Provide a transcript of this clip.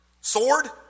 sword